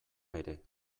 ere